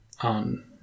on